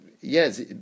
yes